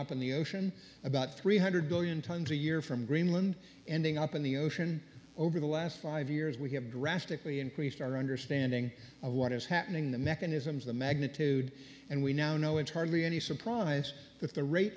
up in the ocean about three hundred million tons a year from greenland ending up in the oath then over the last five years we have drastically increased our understanding of what is happening the mechanisms the magnitude and we now know it's hardly any surprise that the rate